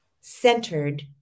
centered